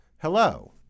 Hello